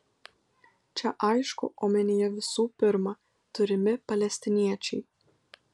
čia aišku omenyje visų pirma turimi palestiniečiai